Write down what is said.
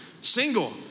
Single